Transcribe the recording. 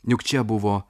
juk čia buvo